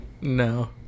No